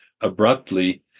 abruptly